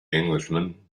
englishman